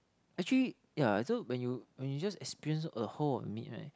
actually yeah so when you when you just experience a whole of meat right